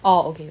oh okay